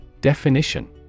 Definition